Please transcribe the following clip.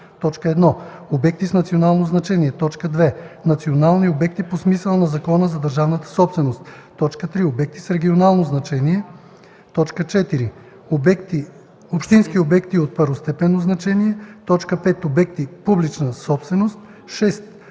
за: 1. обекти с национално значение; 2. национални обекти по смисъла на Закона за държавната собственост; 3. обекти с регионално значение; 4. общински обекти от първостепенно значение; 5. обекти – публична собственост;